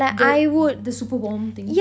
the the super warm thing